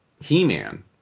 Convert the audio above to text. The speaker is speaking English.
He-Man